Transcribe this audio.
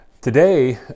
today